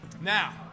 now